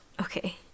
Okay